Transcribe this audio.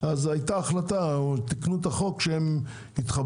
הייתה החלטה או תיקנו את החוק שיתחברו